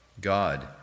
God